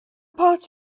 parts